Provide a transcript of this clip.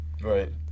Right